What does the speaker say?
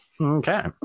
okay